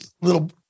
little